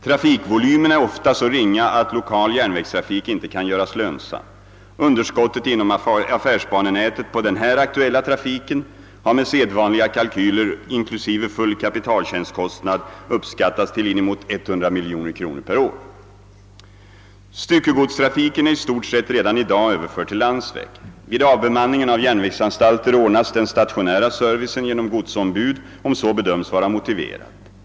Trafikvolymen är ofta så ringa, att lokal järnvägstrafik inte kan göras lönsam. Underskottet inom affärsbanenätet på den här aktuella trafiken har med sedvanliga kalkyler, inklusive full kapitaltjänstkostnad, uppskattats till inemot 100 milj.kr. per år. Styckegodstrafiken är i stort sett redan i dag överförd till landsväg. Vid avbemanningen av järnvägsanstalter ordnas den stationära servicen genom godsombud om så bedöms vara motiverat.